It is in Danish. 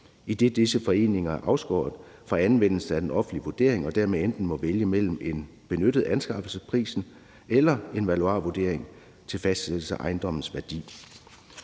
idet disse foreninger er afskåret fra anvendelse af den offentlige vurdering og dermed enten må vælge mellem at benytte anskaffelsesprisen eller en valuarvurdering til fastsættelse af ejendommens værdi.